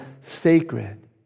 sacred